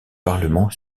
parlement